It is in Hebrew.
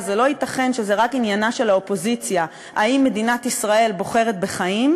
ולא ייתכן שזה רק עניינה של האופוזיציה אם מדינת ישראל בוחרת בחיים,